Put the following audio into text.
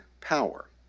power